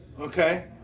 okay